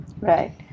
Right